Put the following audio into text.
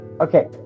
Okay